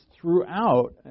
throughout